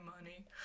money